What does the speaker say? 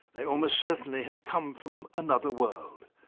they almost certainly have come from another world,